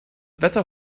wetter